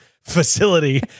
facility